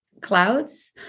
clouds